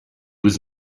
was